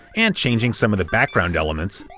and changing some of the background elements,